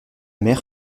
mer